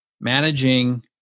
managing